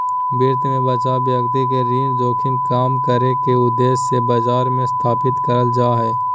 वित्त मे बचाव व्यक्ति के ऋण जोखिम कम करे के उद्देश्य से बाजार मे स्थापित करल जा हय